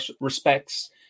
respects